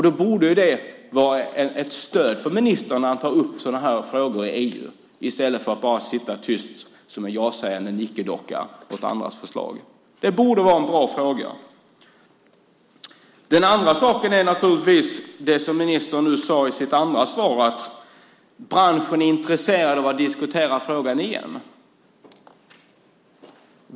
Då borde det vara ett stöd för ministern när han tar upp sådana här frågor i EU, i stället för att han bara ska sitta tyst som en ja-sägare och nickedocka till andras förslag. Det borde vara en bra fråga. Den andra saken är det som ministern nu sade i sitt andra svar, att branschen är intresserad av att diskutera frågan igen.